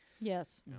Yes